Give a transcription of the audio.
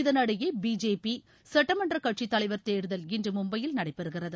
இதனிடையே பிஜேபி சுட்ட மன்ற கட்சி தலைவர் தேர்தல் இன்று மும்பையில் நடைபெறுகிறது